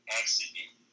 accident